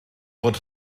fod